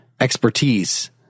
expertise